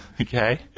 Okay